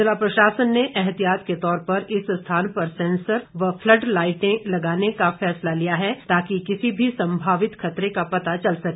जिला प्रशासन ने एहतियात के तौर पर इस स्थान पर सैंसर व फ्लड लाईटे लगाने का फैसला लिया है ताकि किसी भी संभावित खतरे का पता चल सके